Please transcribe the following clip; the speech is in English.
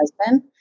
husband